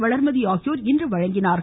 வள்மதி ஆகியோர் இன்று வழங்கினர்